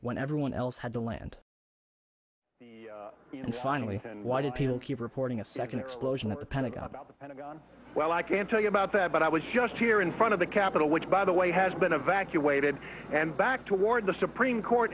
when everyone else had to land and finally and why do people keep reporting a second explosion at the pentagon about the pentagon well i can't tell you about that but i was just here in front of the capitol which by the way has been evacuated and back toward the supreme court